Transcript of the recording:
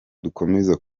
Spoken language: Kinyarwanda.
dukomeza